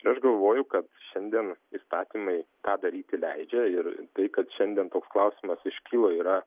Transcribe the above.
ir aš galvoju kad šiandien įstatymai tą daryti leidžia ir tai kad šiandien toks klausimas iškilo yra